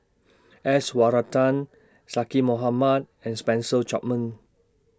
S Varathan Zaqy Mohamad and Spencer Chapman